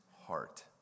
heart